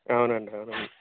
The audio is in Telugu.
అవునండి అవునండి